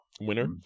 Winner